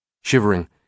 Shivering